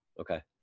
Okay